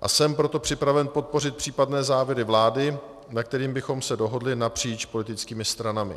a jsem proto připraven podpořit případné závěry vlády, na kterých bychom se dohodli napříč politickými stranami.